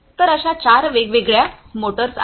तर अशा चार वेगवेगळ्या मोटर्स आहेत